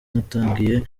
natangiye